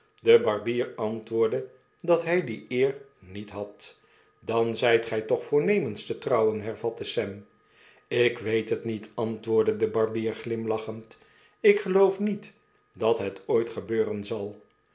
de barbier antwoordde dat hy die eer niet had dan zyt gij toch voornemens tetrouwen hervatte sam h lkweet het niet antwoordde de barbier glimlachend ik geloof niet dat het ooit gebeuren zal